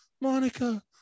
Monica